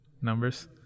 numbers